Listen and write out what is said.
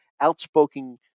outspoken